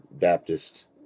Baptist